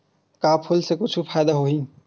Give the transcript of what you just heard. का फूल से कुछु फ़ायदा होही?